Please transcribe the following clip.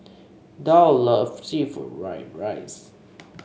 Dow loves seafood Fried Rice